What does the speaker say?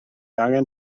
angen